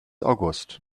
august